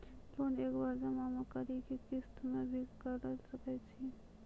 Loan एक बार जमा म करि कि किस्त मे भी करऽ सके छि?